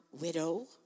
widow